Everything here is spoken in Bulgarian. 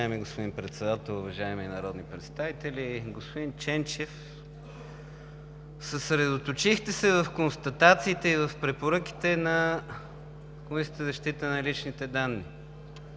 Уважаеми господин Председател, уважаеми народни представители! Господин Ченчев, съсредоточихте се в констатациите и препоръките на Комисията за защита на личните данни.